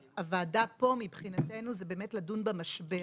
הוועדה פה מבחינתנו זה באמת לדון במשבר.